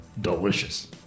delicious